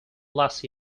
last